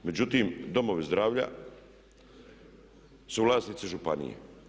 Međutim, domovi zdravlja su vlasnici županije.